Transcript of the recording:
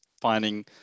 finding